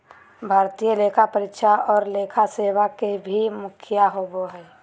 भारतीय लेखा परीक्षा और लेखा सेवा के भी मुखिया होबो हइ